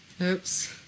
Oops